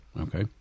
Okay